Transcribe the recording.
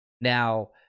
Now